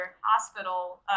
hospital